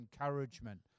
encouragement